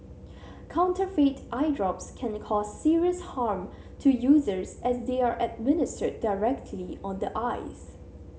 counterfeit eye drops can cause serious harm to users as they are administered directly on the eyes